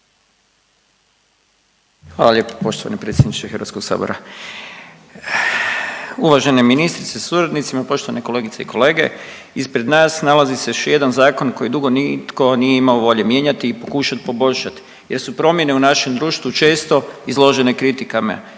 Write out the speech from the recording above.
Hvala lijepo poštovani predsjedniče HS-a. Uvažene ministrice sa suradnicima, poštovani kolegice i kolege. Ispred nas nalazi se još jedan zakon koji dugo nitko nije imao volje mijenjati i pokušati poboljšati jer su promjene u našem društvu često izložene kritikama,